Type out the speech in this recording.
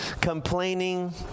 complaining